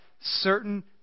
certain